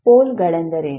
ಪೋಲ್ಗಳೆಂದರೇನು